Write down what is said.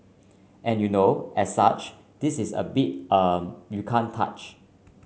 and you know as such this's a beat you can't touch